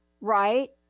right